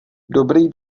dobrý